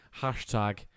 Hashtag